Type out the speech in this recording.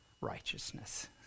righteousness